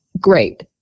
Great